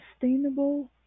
sustainable